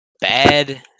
bad